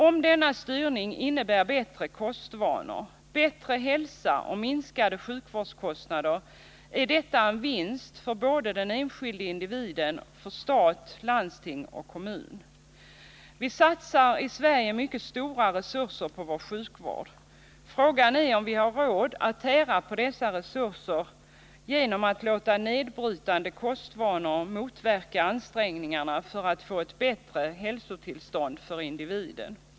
Om denna styrning innebär bättre kostvanor, bättre hälsa och minskade sjukvårdskostnader är detta en vinst för både den enskilde individen och för stat, landsting och kommun. Vi satsar i Sverige mycket stora resurser på vår sjukvård. Frågan är om vi har råd att tära på dessa resurser genom att låta nedbrytande kostvanor motverka ansträngningarna att åstadkomma ett bättre hälsotillstånd för individen.